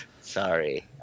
sorry